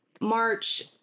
March